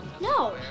No